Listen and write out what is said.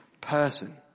person